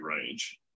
range